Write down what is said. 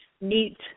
meet